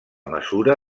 mesura